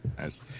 Nice